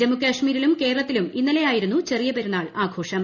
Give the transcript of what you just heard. ജമ്മു കശ്മീരിലും കേരളത്തിലും ഇന്നലെയായിരുന്നു ചെറിയ പെരുന്നാൾ ആഘോഷം